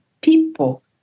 people